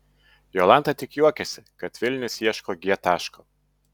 jolanta tik juokiasi kad vilnius ieško g taško